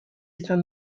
izan